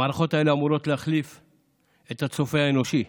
המערכות האלה אמורות להחליף את הצופה האנושי.